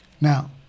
Now